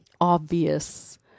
obvious